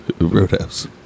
Roadhouse